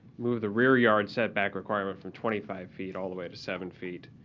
move the rear yard set back requirement from twenty five feet all the way to seven feet,